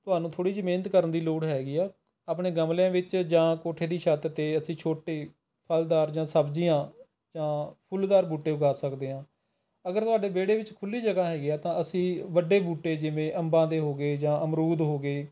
ਤੁਹਾਨੂੰ ਥੋੜ੍ਹੀ ਜਿਹੀ ਮਿਹਨਤ ਕਰਨ ਦੀ ਲੋੜ ਹੈਗੀ ਹੈ ਆਪਣੇ ਗਮਲਿਆਂ ਵਿੱਚ ਜਾਂ ਕੋਠੇ ਦੀ ਛੱਤ 'ਤੇ ਅਸੀਂ ਛੋਟੇ ਫ਼ਲਦਾਰ ਜਾਂ ਸਬਜ਼ੀਆਂ ਫੁੱਲਦਾਰ ਬੂਟੇ ਉੱਗਾ ਸਕਦੇ ਹਾਂ ਅਗਰ ਤੁਹਾਡੇ ਵਿਹੜੇ ਵਿੱਚ ਖੁੱਲੀ ਜਗ੍ਹਾ ਹੈਗੀ ਆ ਤਾਂ ਅਸੀਂ ਵੱਡੇ ਬੂਟੇ ਜਿਵੇਂ ਅੰਬਾਂ ਦੇ ਹੋ ਗਏ ਜਾਂ ਅਮਰੂਦ ਹੋ ਗਏ